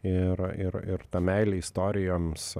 ir ir ir ta meilė istorijoms